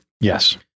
yes